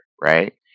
right